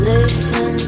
Listen